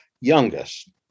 youngest